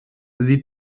sie